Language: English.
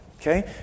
Okay